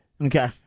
Okay